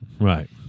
Right